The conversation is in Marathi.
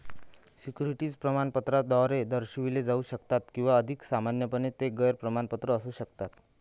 सिक्युरिटीज प्रमाणपत्राद्वारे दर्शविले जाऊ शकतात किंवा अधिक सामान्यपणे, ते गैर प्रमाणपत्र असू शकतात